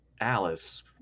Alice